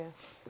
yes